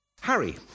Harry